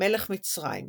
מלך מצרים;